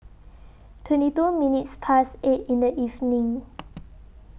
twenty two minutes Past eight in The evening